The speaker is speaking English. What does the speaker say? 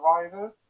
survivors